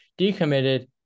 decommitted